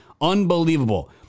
Unbelievable